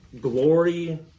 glory